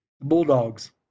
Bulldogs